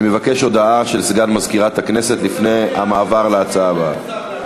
אני מבקש: הודעה של סגן מזכירת הכנסת לפני המעבר להצעה הבאה.